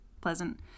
pleasant